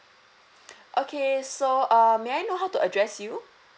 okay so um may I know how to address you